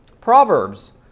Proverbs